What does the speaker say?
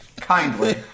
Kindly